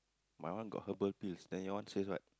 my one got herbal pills then your one says what